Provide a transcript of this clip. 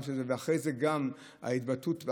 ואחרי זה גם ההתבטאות,